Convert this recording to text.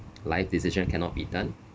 life decisions cannot be done